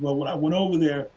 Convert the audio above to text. when i went over there,